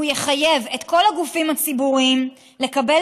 והוא יחייב את כל הגופים הציבוריים לקבל